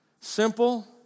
Simple